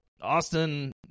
Austin